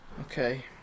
Okay